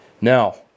Now